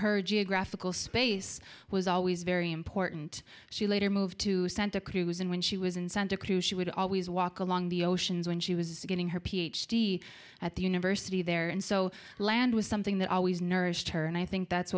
her geographical space was always very important she later moved to santa cruz and when she was in santa cruz she would always walk along the oceans when she was getting her ph d at the university there and so land was something that always nourished her and i think that's